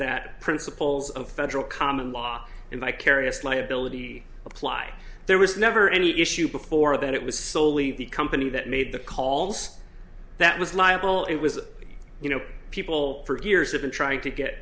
that principles of federal common law in vicarious liability apply there was never any issue before that it was solely the company that made the calls that was liable it was you know people for years have been trying to get